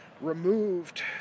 removed